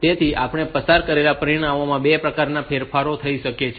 તેથી આપણે પસાર કરેલા પરિમાણોમાં 2 પ્રકારના ફેરફારો થઈ શકે છે